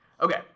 Okay